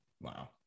wow